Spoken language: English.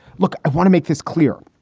look, i want to make this clear.